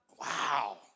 Wow